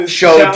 show